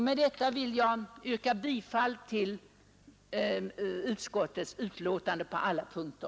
Med detta vill jag yrka bifall till utskottets hemställan på alla punkter.